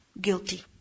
guilty